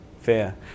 fair